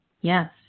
Yes